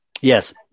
Yes